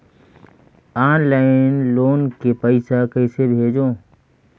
Online loan के पईसा कइसे भेजों?